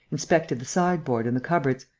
inspected the sideboard and the cupboards,